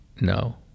No